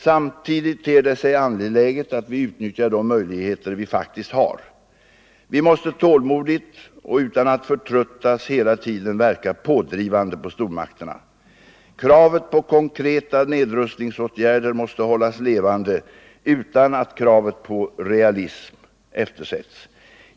Samtidigt ter det sig angeläget att vi utnyttjar de möjligheter vi faktiskt har. Vi måste tålmodigt och utan att förtröttas hela tiden verka pådrivande på stormakterna. Kravet på konkreta nedrustningsåtgärder måste hållas levande utan att kravet på realism eftersätts.